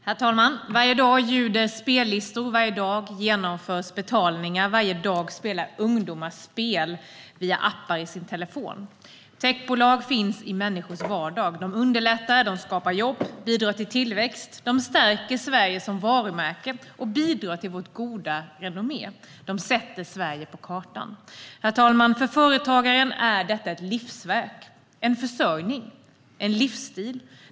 Herr talman! Varje dag ljuder spellistor, varje dag genomförs betalningar och varje dag spelar ungdomar spel via appar i sin telefon. Techbolag finns i människors vardag. De underlättar, skapar jobb och bidrar till tillväxt. De stärker Sverige som varumärke och bidrar till vårt goda renommé. De sätter Sverige på kartan. Herr talman! För företagaren är detta ett livsverk, en försörjning och en livsstil.